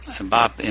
Bob